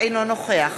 אינו נוכח